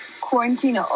quarantine